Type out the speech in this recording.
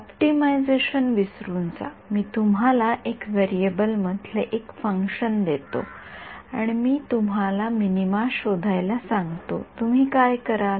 optimisation विसरून जा मी तुम्हाला १ व्हेरिएबल मधले एक फंक्शन देतो आणि मी तुम्हाला मिनीमा शोधायला सांगतो तुम्ही काय कराल